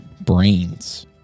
brains